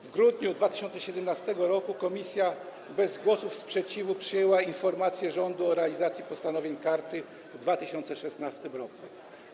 W grudniu 2017 r. komisja bez głosów sprzeciwu przyjęła informację rządu o realizacji postanowień karty w 2016 r.